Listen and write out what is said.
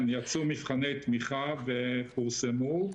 יצאו מבחני תמיכה ופורסמו,